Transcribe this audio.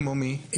כמו מי?